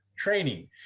training